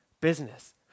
business